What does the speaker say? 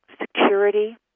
security